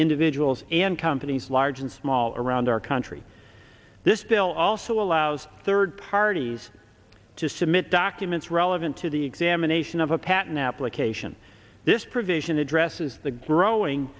individuals and companies large and small around our country this bill also allows third parties to submit documents relevant to the examination of a patent application this provision addresses the growing